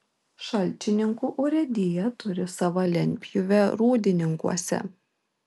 šalčininkų urėdija turi savo lentpjūvę rūdininkuose